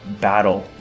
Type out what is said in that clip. battle